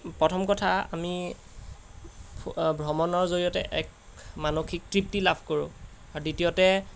প্ৰথম কথা আমি ভ্ৰমণৰ জৰিয়তে এক মানসিক তৃপ্তি লাভ কৰোঁ আৰু দ্বিতীয়তে